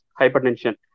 hypertension